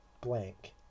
blank